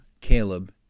Caleb